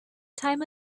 time